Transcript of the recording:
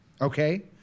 okay